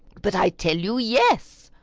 but i tell you yes.